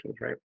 right